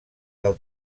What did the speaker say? del